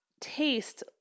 taste